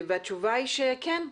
והתשובה היא שכן,